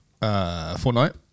Fortnite